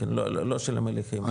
לא של המליחים,